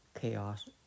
chaos